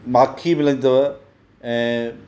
माखी मिलंदी अथव ऐं